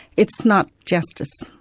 it's not justice.